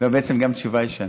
לא, בעצם גם תשובה ישנה.